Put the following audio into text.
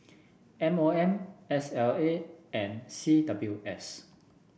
M O M S L A and C W S